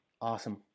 Awesome